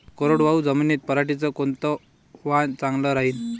कोरडवाहू जमीनीत पऱ्हाटीचं कोनतं वान चांगलं रायीन?